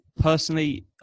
personally